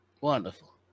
Wonderful